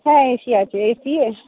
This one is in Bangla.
হ্যাঁ এসি আছে এসির